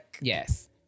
Yes